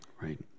Right